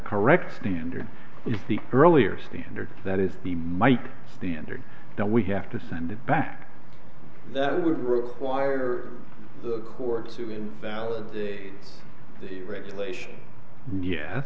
correct standard is the earlier standard that is the mike standard that we have to send back that would require the court to invalidate the regulation ye